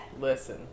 listen